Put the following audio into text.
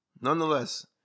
Nonetheless